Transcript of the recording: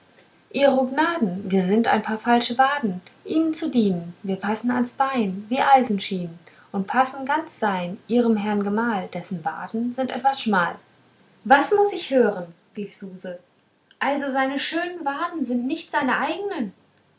ihro gnaden wir sind ein paar falsche waden ihnen zu dienen wir passen ans bein wie eisenschienen und passen ganz sein ihrem herrn gemahl dessen waden sind etwas schmal was muß ich hören rief suse also seine schönen waden sind nicht seine eignen